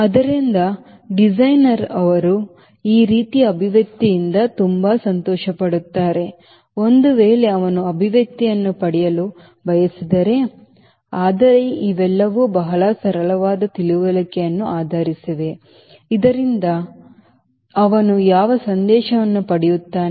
ಆದ್ದರಿಂದ ಡಿಸೈನರ್ಗೆ ಅವರು ಈ ರೀತಿಯ ಅಭಿವ್ಯಕ್ತಿಯಿಂದ ತುಂಬಾ ಸಂತೋಷವಾಗುತ್ತಾರೆ ಒಂದು ವೇಳೆ ಅವನು ಅಭಿವ್ಯಕ್ತಿಯನ್ನು ಪಡೆಯಲು ಬಯಸಿದರೆ ಆದರೆ ಇವೆಲ್ಲವೂ ಬಹಳ ಸರಳವಾದ ತಿಳುವಳಿಕೆಯನ್ನು ಆಧರಿಸಿವೆ ಇದರಿಂದ ಅವನು ಯಾವ ಸಂದೇಶವನ್ನು ಪಡೆಯುತ್ತಾನೆ